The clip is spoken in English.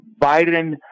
Biden